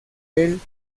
del